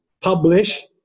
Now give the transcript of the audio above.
publish